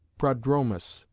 prodromus,